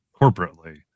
corporately